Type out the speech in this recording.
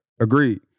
Agreed